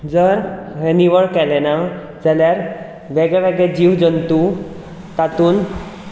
जर हें निवळ केलें ना जाल्यार वेगळे वेगळे जीव जंतू तातूंत